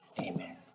Amen